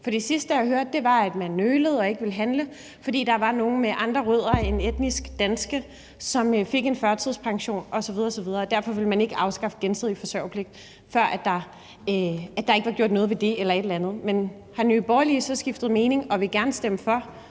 for det sidste, jeg hørte, var, at man nølede og ikke ville handle, fordi der var nogle med andre rødder end etnisk danske, som fik en førtidspension osv. osv., og derfor ville man ikke afskaffe gensidig forsørgerpligt, før der var gjort noget ved det eller noget i den retning. Men har Nye Borgerlige så skiftet mening og vil gerne stemme for